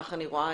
כך אני רואה,